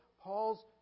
Paul's